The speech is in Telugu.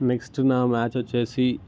నెక్స్ట్ నా మ్యాచ్ వచ్చేసి